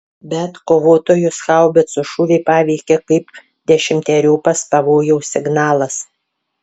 bet kovotojus haubicų šūviai paveikė kaip dešimteriopas pavojaus signalas